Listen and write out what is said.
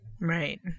Right